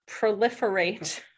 proliferate